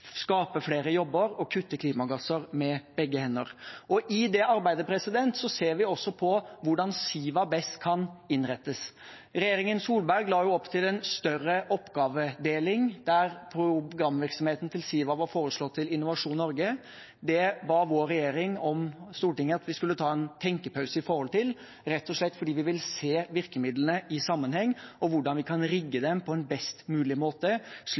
skape flere jobber og kutte klimagasser med begge hender. I det arbeidet ser vi også på hvordan Siva best kan innrettes. Regjeringen Solberg la jo opp til en større oppgavedeling, der programvirksomheten til Siva var foreslått lagt til Innovasjon Norge. Det ba vår regjering Stortinget om at vi skulle ta en tenkepause rundt, rett og slett fordi vi vil se virkemidlene i sammenheng og hvordan vi kan rigge dem på en best mulig måte